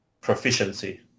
proficiency